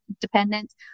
dependents